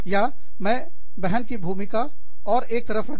या मैं बहन की भूमिका और एक तरफ रख दिया